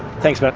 thanks, but